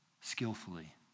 skillfully